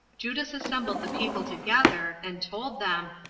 judas assembled the people together, and told them,